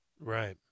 Right